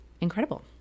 incredible